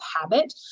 habit